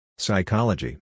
Psychology